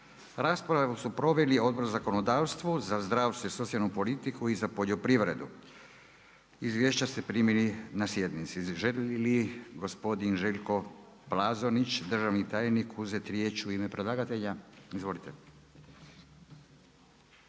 Rasprava je su proveli Odbor za zakonodavstvo, za zdravstvo i socijalnu politiku i za poljoprivredu. Izvješća ste primili na sjednici. Želi li gospodin Željko Plazonić, državni tajnik, uzeti riječ u ime predlagatelja? Izvolite.